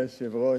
אדוני היושב-ראש,